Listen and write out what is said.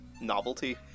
novelty